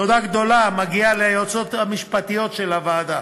תודה גדולה מגיעה ליועצות המשפטיות של הוועדה